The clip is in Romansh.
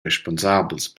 responsabels